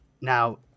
Now